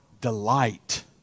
delight